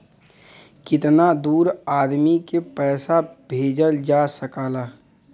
कितना दूर आदमी के पैसा भेजल जा सकला?